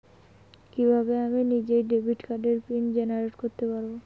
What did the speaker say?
কিভাবে আমি নিজেই ডেবিট কার্ডের পিন জেনারেট করতে পারি?